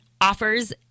offers